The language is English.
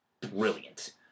brilliant